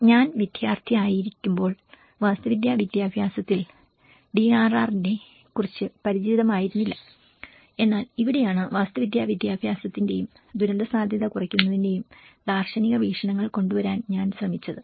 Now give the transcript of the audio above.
ഞാൻ വിദ്യാർത്ഥിയായിരിക്കുമ്പോൾ വാസ്തുവിദ്യാ വിദ്യാഭ്യാസത്തിൽ ഡിആർആറിനെ കുറിച്ച് പരിചിതമായിരുന്നില്ല എന്നാൽ ഇവിടെയാണ് വാസ്തുവിദ്യാ വിദ്യാഭ്യാസത്തിന്റെയും ദുരന്തസാധ്യത കുറയ്ക്കുന്നതിന്റെയും ദാർശനിക വീക്ഷണങ്ങൾ കൊണ്ടുവരാൻ ഞാൻ ശ്രമിച്ചത്